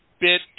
bit